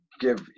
give